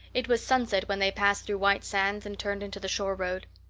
it was sunset when they passed through white sands and turned into the shore road.